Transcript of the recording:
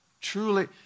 truly